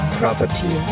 property